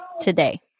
today